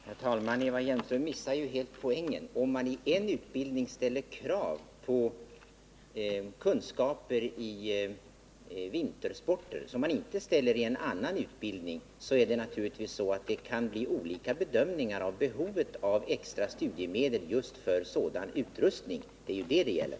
Herr talman! Eva Hjelmström missar helt poängen. Om man i en utbildning ställer krav på kunskaper i exerapelvis vissa vintersporter som man inte ställer i en annan utbildning, så kan det naturligtvis bli fråga om olika bedömningar av behovet av extra studiemedel just för utrustning till sådana vintersporter. Det är ju det frågan gäller.